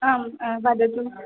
आम् वदतु